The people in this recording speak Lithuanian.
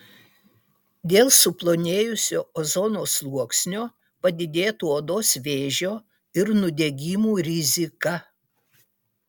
dėl suplonėjusio ozono sluoksnio padidėtų odos vėžio ir nudegimų rizika